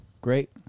Great